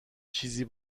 چیزی